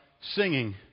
singing